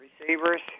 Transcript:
receivers